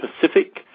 Pacific